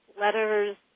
letters